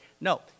No